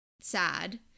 sad